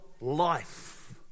life